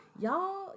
y'all